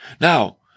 Now